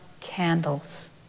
candles